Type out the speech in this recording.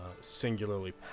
singularly